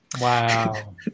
Wow